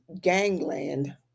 Gangland